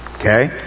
okay